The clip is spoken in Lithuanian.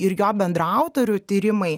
ir jo bendraautorių tyrimai